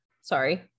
sorry